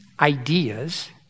ideas